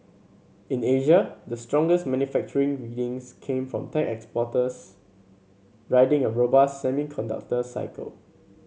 in Asia the strongest manufacturing readings came from tech exporters riding a robust semiconductor cycle